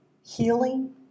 healing